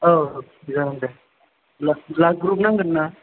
औ औ जागोन दे ब्लाद ब्लाद ग्रुप नांगोनना